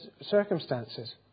circumstances